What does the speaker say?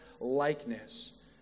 likeness